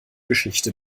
geschichte